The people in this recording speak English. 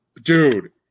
dude